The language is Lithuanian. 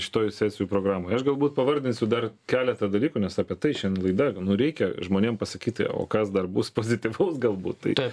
šitoje sesijų programoje aš galbūt pavardinsiu dar keletą dalykų nes apie tai šen laida nu reikia žmonėm pasakyti o kas dar bus pozityvaus galbūt